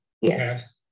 Yes